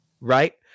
Right